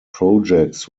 projects